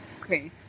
Okay